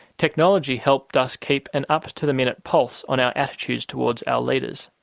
technology helped us keep an up to the minute pulse on our attitudes towards our leaders.